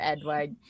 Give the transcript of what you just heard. Edward